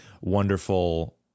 wonderful